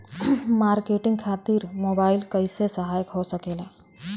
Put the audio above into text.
Marketing खातिर mobile कइसे सहायक हो सकेला?